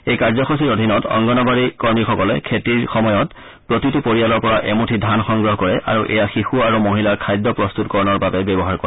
এই কাৰ্যসূচীৰ অধীনত অংগনৱাড়ী কৰ্মীসকলে খেতিৰ সময়ত প্ৰতিটো পৰিয়ালৰ পৰা এমুঠি ধান সংগ্ৰ কৰে আৰু এয়া শিশু আৰু মহিলাৰ খাদ্য প্ৰস্তুতকৰণৰ বাবে ব্যৱহাৰ কৰে